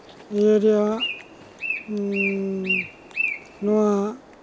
ᱤᱭᱟᱹ ᱨᱮᱭᱟᱜ ᱱᱚᱣᱟ